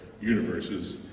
universes